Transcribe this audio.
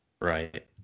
Right